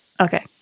Okay